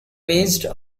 based